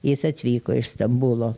jis atvyko iš stambulo